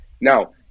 Now